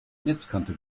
netzkante